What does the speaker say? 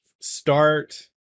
start